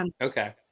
okay